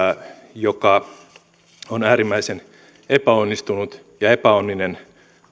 joka on äärimmäisen epäonnistunut ja epäonninen